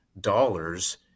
dollars